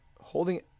holding